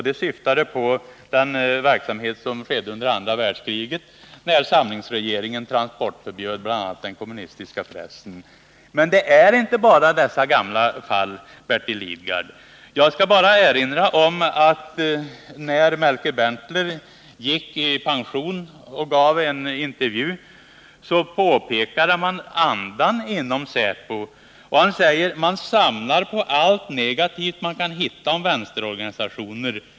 Det syftade på den verksamhet som ägde rum under andra världskriget när samlingsregeringen förbjöd transport av bl.a. den kommunistiska pressen. Men det är inte bara dessa gamla fall som finns, Bertil Lidgard. Jag skall bara erinra om att när Melker Berntler gick i pension och gav en intervju, pekade han på andan inom säpo. Han sade: Man samlar på allt negativt man kan hitta om vänsterorganisationer.